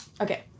Okay